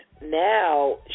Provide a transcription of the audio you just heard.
now